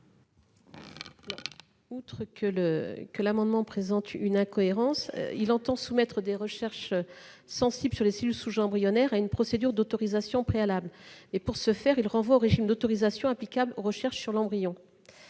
Outre que ses dispositions présentent une incohérence, cet amendement vise à soumettre des recherches sensibles sur les cellules souches embryonnaires à une procédure d'autorisation préalable. Pour ce faire, il tend à renvoyer au régime d'autorisation applicable aux recherches sur l'embryon.